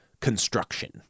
construction